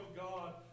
God